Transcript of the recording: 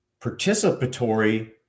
participatory